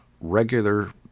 regular